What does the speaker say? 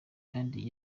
kandi